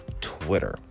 Twitter